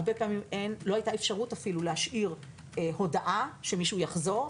הרבה פעמים לא היתה אפשרות אפילו להשאיר הודעה שמישהו יחזור,